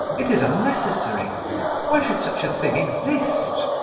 it is unnecessary why should such a thing exist?